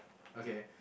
okay